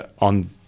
on